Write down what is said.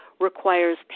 requires